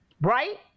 right